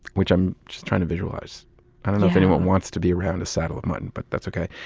which i'm just trying to visualize. i don't know if anyone wants to be around a saddle of mutton, but that's ok.